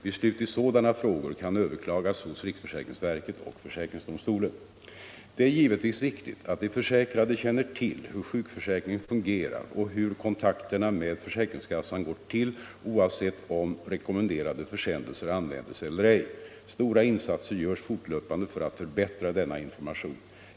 Beslut i sådana frågor kan överklagas hos riksförsäkringsverket och försäkringsdomstolen. Det är givetvis viktigt att de försäkrade känner till hur sjukförsäkringen fungerar och hur kontakterna med försäkringskassan går till oavsett om rekommenderade försändelser används eller ej. Stora insatser görs fortlöpande för att förbättra denna information.